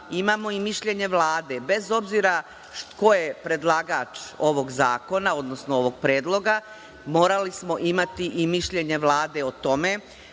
imamo i mišljenje Vlade, bez obzira ko je predlagač ovog zakona, odnosno ovog predloga, morali smo imati i mišljenje Vlade o tome,